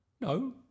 no